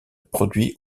produit